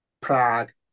Prague